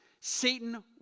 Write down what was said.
Satan